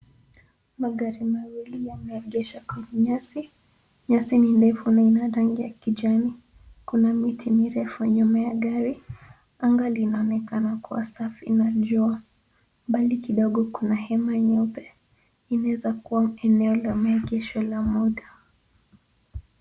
Magari mawili yameegeshwa kwenye nyasi. Nyasi ni ndefu na ina rangi ya kijani. Kuna miti mirefu nyuma ya gari. Anga linaonekana kuwa safi na jua. Mbali kidogo kuna hema nyeupe. Inaweza kuwa eneo la maegesho la muda.